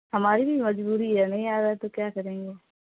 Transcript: ہماری بھی مجبوری ہے نہیں آ رہا ہے تو کیا کریں گے